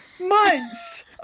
months